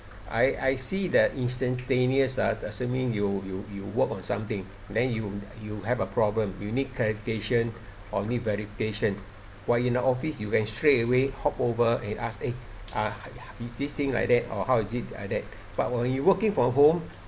I I see the instantaneous ah assuming you you you work on something then you you have a problem you need clarification or need verification while in the office you can straight away hop over and ask eh uh is this thing like that or how is it like that but when you working from home